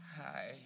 hi